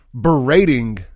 berating